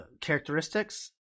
characteristics